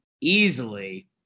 easily